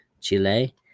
Chile